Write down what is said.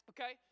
Okay